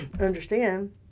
understand